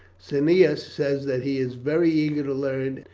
cneius says that he is very eager to learn,